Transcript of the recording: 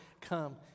come